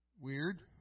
Weird